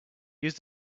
use